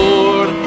Lord